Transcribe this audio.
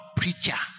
preacher